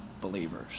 believers